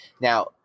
Now